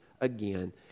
again